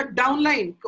downline